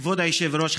כבוד היושב-ראש,